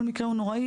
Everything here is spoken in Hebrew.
כל מקרה הוא נוראי